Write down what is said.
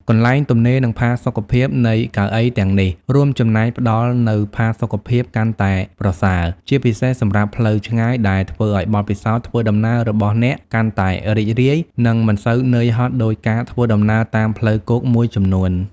កន្លែងទំនេរ និងផាសុកភាពនៃកៅអីទាំងនេះរួមចំណែកផ្ដល់នូវ ផាសុកភាពកាន់តែប្រសើរ ជាពិសេសសម្រាប់ផ្លូវឆ្ងាយ ដែលធ្វើឱ្យបទពិសោធន៍ធ្វើដំណើររបស់អ្នកកាន់តែរីករាយ និងមិនសូវនឿយហត់ដូចការធ្វើដំណើរតាមផ្លូវគោកមួយចំនួន។